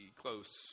Close